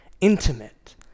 intimate